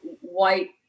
white